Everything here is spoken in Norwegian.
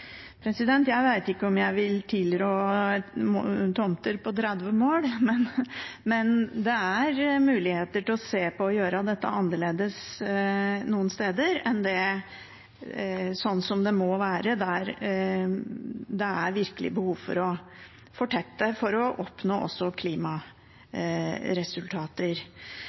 Jeg vet ikke om jeg vil tilrå tomter på 30 mål, men det er muligheter til å se på å gjøre dette annerledes noen steder enn sånn som det må være der det er virkelig behov for å fortette for også å oppnå klimaresultater.